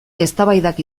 eztabaidak